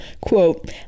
Quote